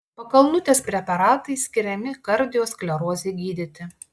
pakalnutės preparatai skiriami kardiosklerozei gydyti